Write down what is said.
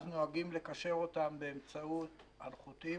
אז נוהגים לקשר אותם באמצעות אלחוטי,